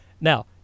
Now